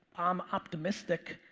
i'm optimistic.